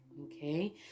Okay